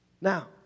Now